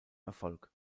erfolg